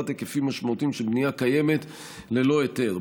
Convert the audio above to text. היקפים משמעותיים של בנייה קיימת ללא היתר.